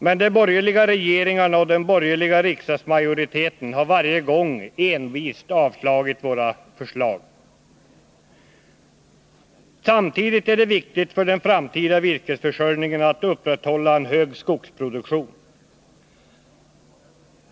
Men de borgerliga regeringarna och den borgerliga riksdagsmajoriteten har varje gång envist avslagit våra förslag. Samtidigt är det viktigt för den framtida virkesförsörjningen att upprätthålla en hög skogsproduktion.